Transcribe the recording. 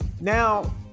Now